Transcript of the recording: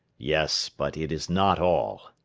yes, but it is not all,